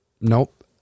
Nope